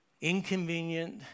inconvenient